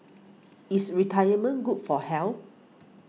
is retirement good for health